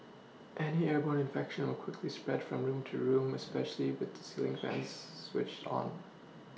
any airborne infection would quickly spread from room to room especially with the ceiling fans switched on